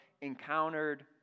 encountered